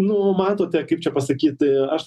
nu matote kaip čia pasakyti aš